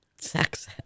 Sex